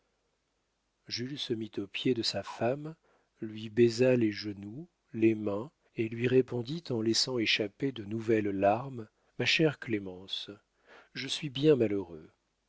jules se mit aux pieds de sa femme lui baisa les genoux les mains et lui répondit en laissant échapper de nouvelles larmes ma chère clémence je suis bien malheureux